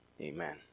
Amen